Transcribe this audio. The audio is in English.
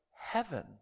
heaven